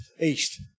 east